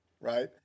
right